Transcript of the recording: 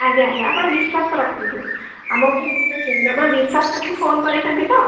ଆଜ୍ଞା ଆଜ୍ଞା ଆପଣ ବିଶ୍ୱାସ ରଖନ୍ତୁ ଆମ ଉପରେ ବିଶ୍ୱାସ ରଖନ୍ତୁ ଆପଣ ବିଶ୍ୱାସ ରଖିକି ଫୋନ୍ କରିଛନ୍ତି ତ